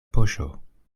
poŝo